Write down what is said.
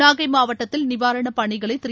நாகை மாவட்டத்தில் நிவாரண பணிகளை திரு